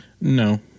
No